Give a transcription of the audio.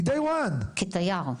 מהיום הראשון --- כתייר.